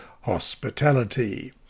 hospitality